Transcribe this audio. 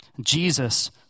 Jesus